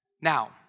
Now